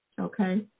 okay